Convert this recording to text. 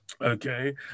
Okay